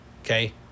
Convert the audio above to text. Okay